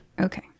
Okay